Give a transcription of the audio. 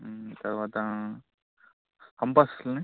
తర్వాత కంపాస్లు ఉన్నాయా